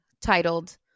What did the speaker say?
Titled